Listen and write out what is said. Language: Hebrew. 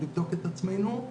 לבדוק את עצמנו,